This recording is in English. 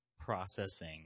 processing